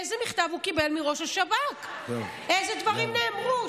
איזה מכתב הוא קיבל מראש השב"כ ואיזה דברים נאמרו.